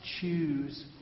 choose